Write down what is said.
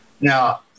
now